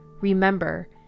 remember